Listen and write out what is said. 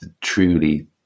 truly